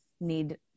need